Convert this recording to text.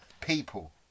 people